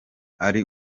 ari